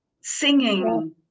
singing